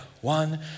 one